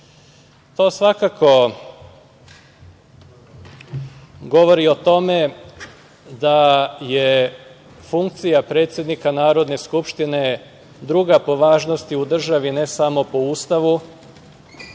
svakako govori o tome da je funkcija predsednika Narodne skupštine druga po važnosti u državi, ne samo po Ustavu,